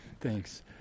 thanks